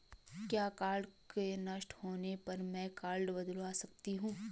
क्या कार्ड के नष्ट होने पर में कार्ड बदलवा सकती हूँ?